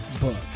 book